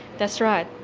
that's right.